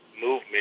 movement